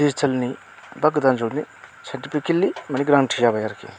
डिजिटेलनि बा गोदान जुगनि साइन्टिपिकेलि गोनांथि जाबाय आरोखि